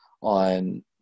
on